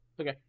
Okay